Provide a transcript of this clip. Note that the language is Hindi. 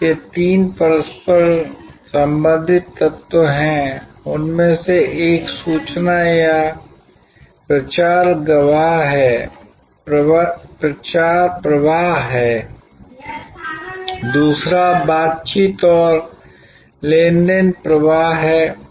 के तीन परस्पर संबंधित तत्व हैं उनमें से एक सूचना या प्रचार प्रवाह है दूसरा बातचीत और लेनदेन प्रवाह है